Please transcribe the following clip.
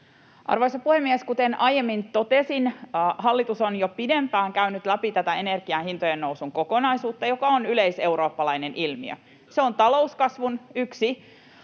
Arvoisa puhemies! Kuten aiemmin totesin, hallitus on jo pidempään käynyt läpi tätä energian hintojen nousun kokonaisuutta, joka on yleiseurooppalainen ilmiö. [Perussuomalaisten